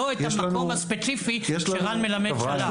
לא את המקום הספציפי שרן מלמד שלח?